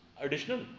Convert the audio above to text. additional